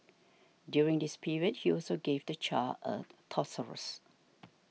during this period he also gave the child a thesaurus